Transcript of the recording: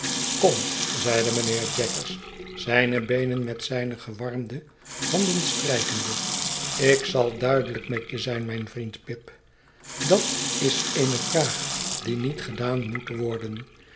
komi zeide mijnheer jaggers zijne beenen met zijne gewarmde handen strijkende ik zal duidelijk met je zijn mijn vriend pip dat is eene vraag die niet gedaan moet worden